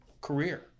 career